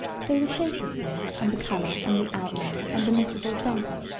so the shape is there and the color and the outline and the miserable centre.